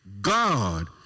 God